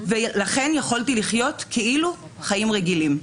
ולכן יכולתי לחיות כאילו חיים רגילים.